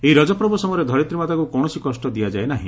ଏହି ରଜପର୍ବ ସମୟରେ ଧରିତ୍ରୀମାତାକୁ କୌଣସି କଷ ଦିଆଯାଏ ନାହି